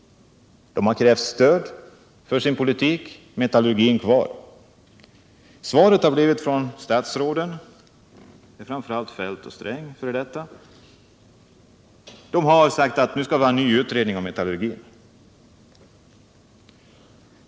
Arbetarna har krävt: Metallurgin kvar! Svaret från de f. d. statsråden, framför allt herrar Feldt och Sträng, har blivit: Nu skall vi ha en utredning om metallurgin.